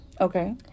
Okay